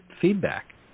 feedback